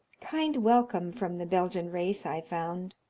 kind welcome from the belgian race i found,